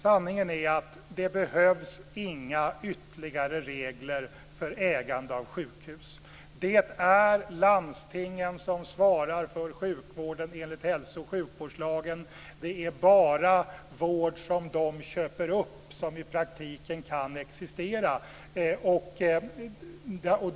Sanningen är att det behövs inga ytterligare regler för ägande av sjukhus. Det är landstingen som enligt hälso och sjukvårdslagen svarar för sjukvården. Det är bara vård som de köper upp som i praktiken kan existera.